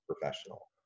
professional